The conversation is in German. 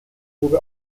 tube